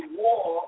war